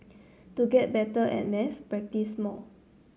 to get better at maths practise more